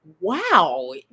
wow